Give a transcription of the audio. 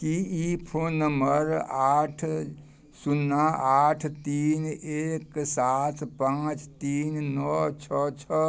कि ई phone number आठ सुन्ना आठ तीन एक सात पाँच तीन नओ छओ छओ